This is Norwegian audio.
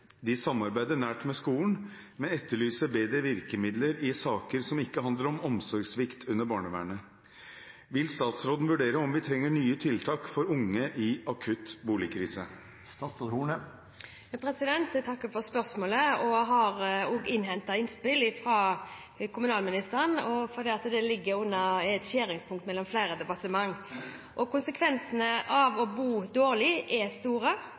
De samarbeider nært med skolen, men etterlyser bedre virkemidler i saker som ikke handler om omsorgssvikt under barnevernet. Vil statsråden vurdere om vi trenger nye tiltak for unge i akutt boligkrise?» Jeg takker for spørsmålet. Jeg har også innhentet innspill fra kommunalministeren, fordi dette ligger i skjæringspunktet mellom flere departementer. Konsekvensene av å bo dårlig er store.